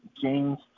James